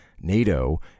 NATO